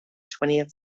twentieth